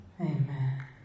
Amen